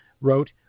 wrote